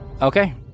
Okay